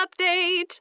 update